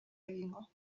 egingo